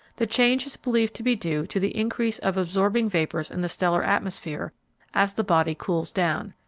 the change is believed to be due to the increase of absorbing vapors in the stellar atmosphere as the body cools down.